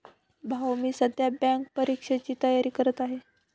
भाऊ मी सध्या बँक परीक्षेची तयारी करत आहे